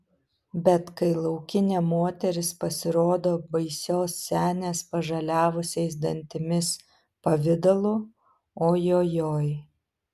bet kai laukinė moteris pasirodo baisios senės pažaliavusiais dantimis pavidalu ojojoi